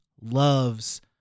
loves